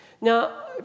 Now